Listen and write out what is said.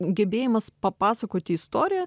gebėjimas papasakoti istoriją